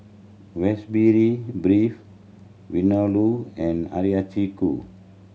Beef Vindaloo and Hiyashi Chuka